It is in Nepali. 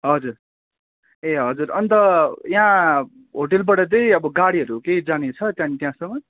हजुर ए हजुर अन्त यहाँ होटेलबाट त अब गाडीहरू केही जाने छ त्यहाँ त्यहाँसम्म